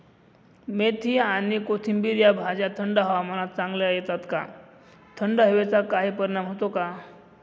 मेथी आणि कोथिंबिर या भाज्या थंड हवामानात चांगल्या येतात का? थंड हवेचा काही परिणाम होतो का?